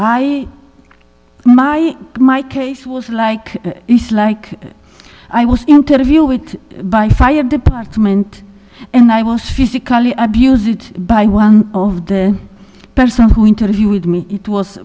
i my my case was like it's like i was interview it by fire department and i was physically abuse it by one of the person who interviewed me it was